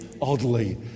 oddly